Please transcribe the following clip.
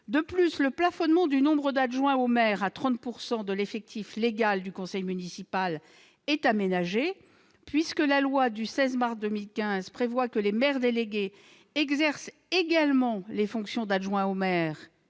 nouvelle. Le plafonnement du nombre d'adjoints au maire à 30 % de l'effectif légal du conseil municipal est aménagé, puisque la loi du 16 mars 2015 prévoit que les maires délégués exercent également les fonctions d'adjoint au maire